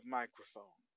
microphone